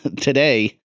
today